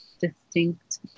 distinct